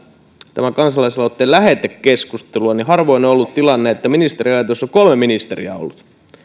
tämän kansalais aloitteen lähetekeskustelua niin harvoin on ollut tilanne että ministeriaitiossa on kolme ministeriä ollut